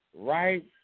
Right